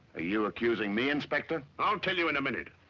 ah you accusing me, inspector? i'll tell you in a minute.